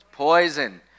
poison